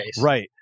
right